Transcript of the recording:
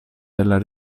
della